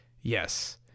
yes